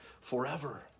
forever